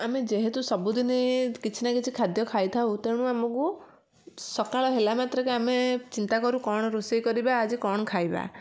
ଆମେ ଯେହେତୁ ସବୁଦିନେ କିଛି ନାଁ କିଛି ଖାଦ୍ୟ ଖାଇଥାଉ ତେଣୁ ଆମୁକୁ ସକାଳ ହେଲା ମାତ୍ରକେ ଆମେ ଚିନ୍ତା କରୁ କ'ଣ ରୋଷେଇ କରିବା ଆଜି କ'ଣ ଖାଇବା